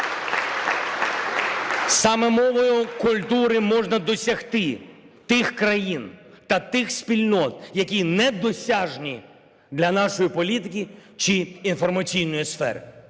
Саме мовою культури можна досягти тих країн та тих спільнот, які недосяжні для нашої політики чи інформаційної сфери.